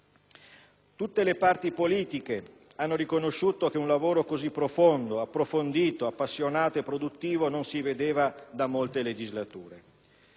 Tutte le parti politiche hanno riconosciuto che un lavoro così profondo, approfondito, appassionato e produttivo non si vedeva da molte legislature.